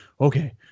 okay